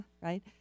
right